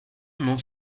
non